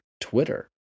Twitter